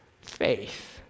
faith